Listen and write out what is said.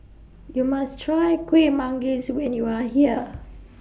YOU must Try Kueh Manggis when YOU Are here